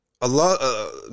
Allah